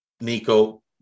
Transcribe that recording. Nico